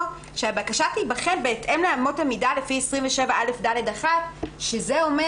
שהבקשה תיבחן בהתאם לאמות המידה לפי 27א(ד)(1) שאומר